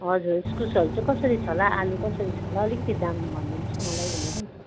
हजुर इस्कुसहरू चाहिँ कसरी छ होला आलु कसरी छ होला अलिकति दाम भनिदिनोस् न मलाई भनेर नि